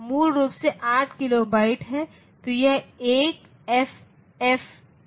तो यह मूल रूप से 8 किलोबाइट है तो यह 1FFF है